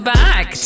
back